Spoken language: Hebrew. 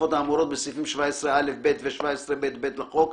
התקופות האמורות בסעיפים 17א(ב) ו-17ב(ב) לחוק),